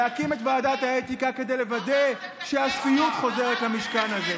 להקים את ועדת האתיקה כדי לוודא שהשפיות חוזרת למשכן הזה.